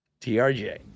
TRJ